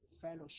fellowship